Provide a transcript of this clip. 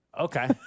Okay